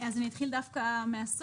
אז אני אתחיל דווקא מהסוף,